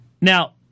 Now